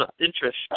interest